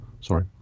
sorry